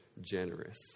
generous